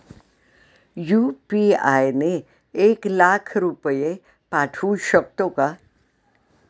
UPI ने एक लाख रुपये पाठवू शकतो का?